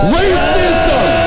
Racism